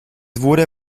wurde